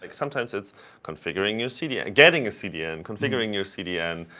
like sometimes it's configuring your cdn getting a cdn, configuring your cdn,